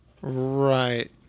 Right